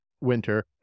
winter